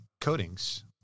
coatings